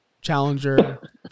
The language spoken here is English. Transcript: challenger